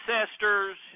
ancestors